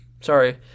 Sorry